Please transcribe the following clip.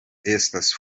estas